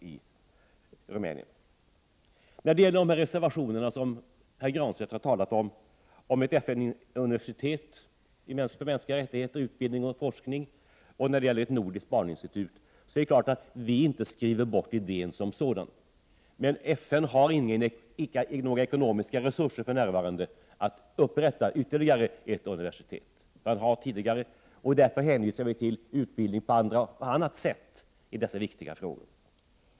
Pär Granstedt talade om de reservationer som tar upp krav på ett FN-universitet för mänskliga rättigheter, utbildning och forskning samt ett nordiskt barninstitut. Det är klart att utskottsmajoriteten inte skriver bort idén som sådan, men FN har för närvarande icke några ekonomiska resurser att upprätta ytterligare ett universitet än det som redan finns. Därför hänvisar vi till utbildning på annat sätt i dessa viktiga frågor.